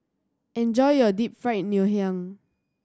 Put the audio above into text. enjoy your Deep Fried Ngoh Hiang